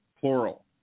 Plural